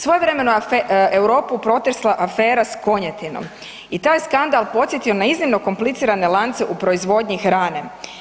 Svojevremeno je Europu protresla afera s konjetinom i taj je skandal podsjetio na iznimno komplicirane lance u proizvodnji hrane.